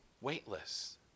weightless